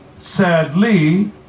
sadly